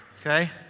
Okay